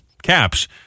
caps